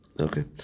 Okay